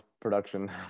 Production